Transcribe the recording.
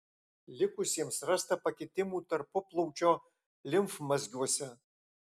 likusiems rasta pakitimų tarpuplaučio limfmazgiuose